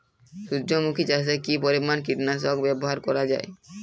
সূর্যমুখি চাষে কি পরিমান কীটনাশক ব্যবহার করা যায়?